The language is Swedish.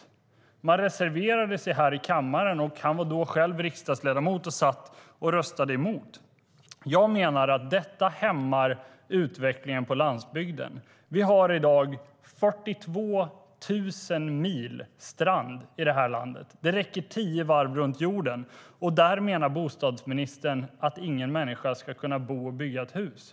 Socialdemokraterna reserverade sig här i kammaren. Och bostadsministern var då själv riksdagsledamot och satt och röstade emot. Jag menar att detta hämmar utvecklingen på landsbygden. Vi har i dag 42 000 mil strand i det här landet. Det räcker tio varv runt jorden. Och bostadsministern menar att ingen människa ska kunna bo och bygga ett hus vid stranden.